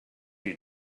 you